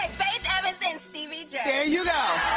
ah faith evans and stevie j. there you go!